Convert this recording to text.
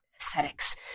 aesthetics